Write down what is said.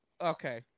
okay